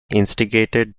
instigated